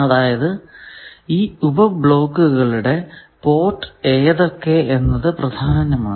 അതായതു ഈ ഉപ ബ്ലോക്കുകളുടെ പോർട്ട് ഏതൊക്കെ എന്നത് പ്രധാനമാണ്